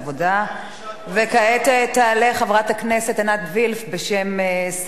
וכעת תעלה חברת הכנסת עינת וילף, בשם סיעת